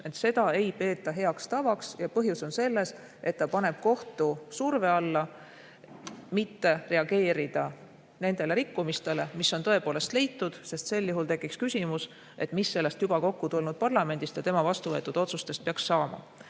seda ei peeta heaks tavaks. Põhjus on selles, et see paneb kohtu surve alla mitte reageerida nendele rikkumistele, mis on tõepoolest leitud. Sel juhul tekiks küsimus, mis sellest juba kokku tulnud parlamendist ja tema vastuvõetud otsustest peaks saama.